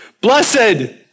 Blessed